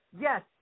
Yes